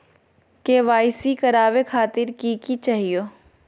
KYC करवावे खातीर कि कि चाहियो?